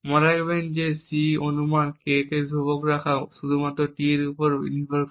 মনে রাখবেন এই C অনুমান K কে ধ্রুবক রাখা শুধুমাত্র t এর মানের উপর নির্ভর করে